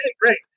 great